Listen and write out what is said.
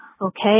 Okay